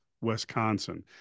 Wisconsin